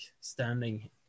standing